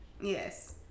Yes